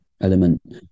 element